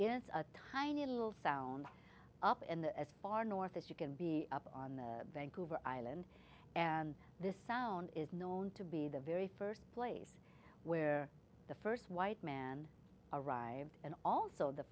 it's a tiny little sound up and as far north as you can be up on vancouver island and this sound is known to be the very first place where the first white man arrived and also the